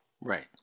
Right